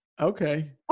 Okay